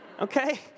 Okay